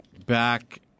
back